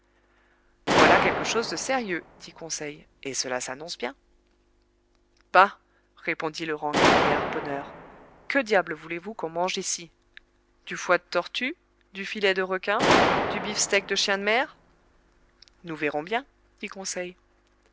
voilà quelque chose de sérieux dit conseil et cela s'annonce bien bah répondit le rancunier harponneur que diable voulez-vous qu'on mange ici du foie de tortue du filet de requin du beefsteak de chien de mer nous verrons bien dit conseil